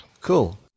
Cool